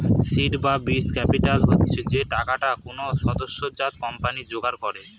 seed বা বীজ capital হচ্ছে যে টাকাটা কোনো সদ্যোজাত কোম্পানি জোগাড় করে